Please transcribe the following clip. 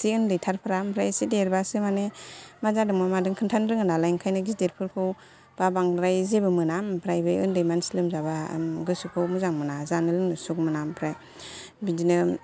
एसे उन्दैथारफ्रा ओमफ्राय एसे देरबासो माने मा जादों मा मादों खोन्थानो रोङो नालाय ओंखायनो गिदिरफोरखौ बा बांद्राय जेबो मोना ओमफ्राय बे उन्दै मानसि लोमजाबा गोसोखौ मोजां मोना जानो लोंनो सुख मोना ओमफ्राय बिदिनो